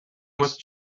was